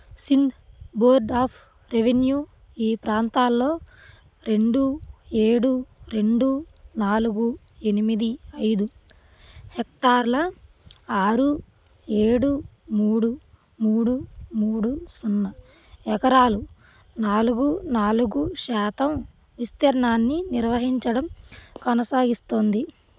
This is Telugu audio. సింధ్ బోర్డ్ ఆఫ్ రెవెన్యూ ఈ ప్రాంతాల్లో రెండు ఏడు రెండు నాలుగు ఎనిమిది ఐదు హెక్టార్ల ఆరు ఏడు మూడు మూడు మూడు సున్నా ఎకరాలు నాలుగు నాలుగు శాతం విస్తీర్ణాన్ని నిర్వహించడం కొనసాగిస్తోంది